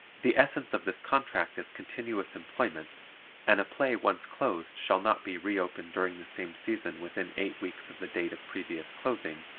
the essence of this contract is continuous employment and a play once closed shall not be re-opened during the same season within eight weeks of the date of previous closing,